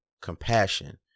compassion